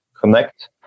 connect